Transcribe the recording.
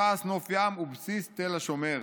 תעש נוף ים ובסיס תל השומר.